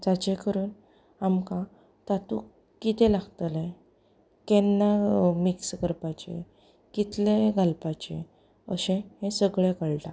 जाचे करून आमकां तातूंत कितें लागतलें केन्ना मिक्स करपाचें कितलें घालपाचें अशें हें सगळें कळटा